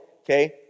okay